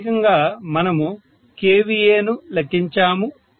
ప్రాథమికంగా మనము kVA ను లెక్కించాము